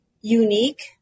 unique